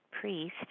priest